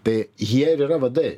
tai jie ir yra vadai